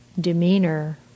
demeanor